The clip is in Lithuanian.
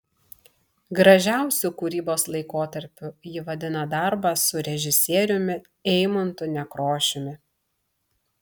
gražiausiu kūrybos laikotarpiu ji vadina darbą su režisieriumi eimuntu nekrošiumi